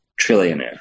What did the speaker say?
trillionaire